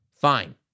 fine